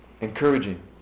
Encouraging